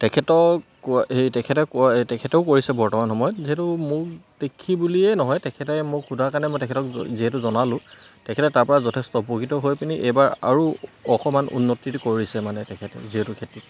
তেখেতক এই তেখেতে তেখেতেও কৰিছে বৰ্তমান সময়ত যিহেতু মোক দেখি বুলিয়েই নহয় তেখেতে মোক সোধাৰ কাৰণে মই তেখেতক যিহেতু জনালোঁ তেখেতে তাৰপৰা যথেষ্ট উপকৃত হৈ পিনি এইবাৰ আৰু অকণমান উন্নতিটো কৰিছে মানে তেখেতে যিহেতু খেতি